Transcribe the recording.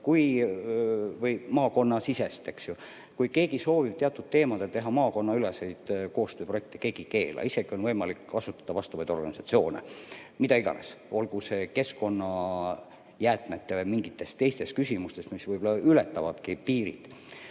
[koostööd]. Kui keegi soovib teatud teemadel teha maakonnaüleseid koostööprojekte, siis keegi ei keela, on isegi võimalik kasutada vastavaid organisatsioone, mida iganes, olgu see keskkonnajäätmete või mingites teistes küsimustes, mis võib-olla ületavadki piire.